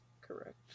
correct